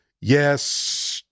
yes